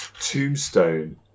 Tombstone